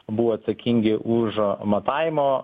buvo atsakingi už matavimo